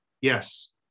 Yes